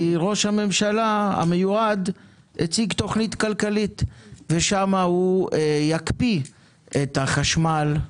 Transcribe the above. כי ראש הממשלה המיועד הציג תוכנית כלכלית ושם הוא יקפיא את החשמל,